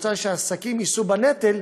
רוצה שעסקים יישאו בנטל,